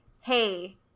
hey